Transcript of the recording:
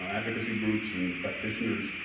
um advocacy groups and practitioners,